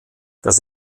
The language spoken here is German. das